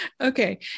Okay